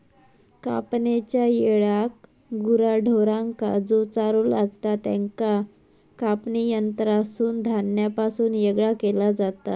कापणेच्या येळाक गुरा ढोरांका जो चारो लागतां त्याका कापणी यंत्रासून धान्यापासून येगळा केला जाता